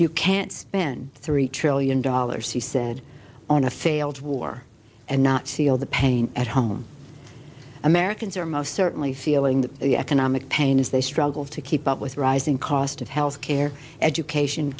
you can't spend three trillion dollars he said on a failed war and not feel the pain at home americans are most certainly feeling the economic pain as they struggle to keep up with rising cost of health care education